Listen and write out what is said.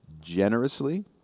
generously